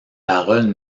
paroles